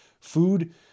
food